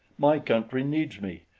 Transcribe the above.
my country needs me,